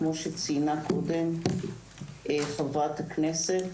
כפי שציינה קודם חברת הכנסת,